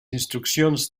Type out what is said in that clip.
instruccions